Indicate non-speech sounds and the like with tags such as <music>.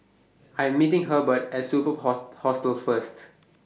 I Am meeting Hebert At Superb <unintelligible> Hostel First